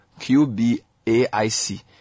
QBAIC